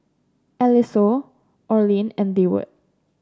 Eliseo Orlin and Deward